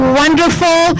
wonderful